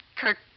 Kirk